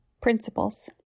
Principles